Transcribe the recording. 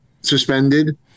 suspended